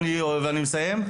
ואני מסיים.